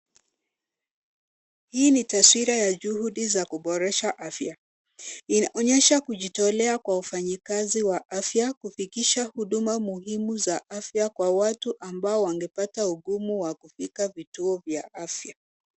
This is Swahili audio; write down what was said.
Hii ni taswira ya juhudi za kuboresha afya. Inaonyesha kujitolea kwa wafanyikazi wa afya kufikisha huduma muhimu za afya kwa watu ambao wangepata ugumu wa kufika vituo vya afya.